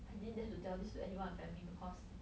I didn't dare to tell this to anyone in the family because